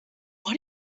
what